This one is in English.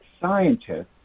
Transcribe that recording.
scientists